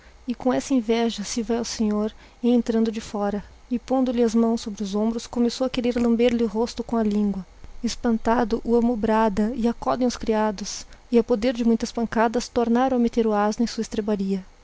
e com essa inveja se vai ao senhor em entrando de fora e pondo-lhe as mãos sobre os honbros começou a querer iamber lhe o rosto com a língua espantado o amo y brada e acodem os criados e a poder dé muitas pancadas tornarão a metter o asno em sua es